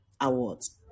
awards